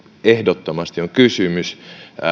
ehdottomasti on kysymys